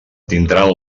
tindran